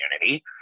community